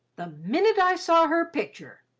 the minnit i saw her pictur.